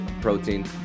protein